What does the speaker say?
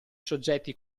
soggetti